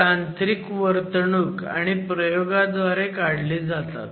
हे तांत्रिक वर्तवणूक आणि प्रयोगाद्वारे काढले जातात